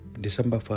December